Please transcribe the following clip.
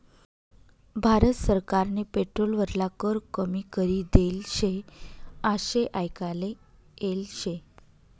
भारत सरकारनी पेट्रोल वरला कर कमी करी देल शे आशे आयकाले येल शे